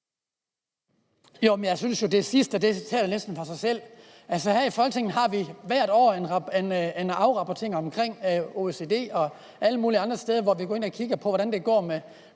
jeg synes jo, det sidste næsten taler for sig selv. Altså, her i Folketinget har vi hvert år en afrapportering fra OECD om alle mulige andre steder, hvor vi går ind og kigger på, hvordan det går med